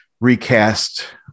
recast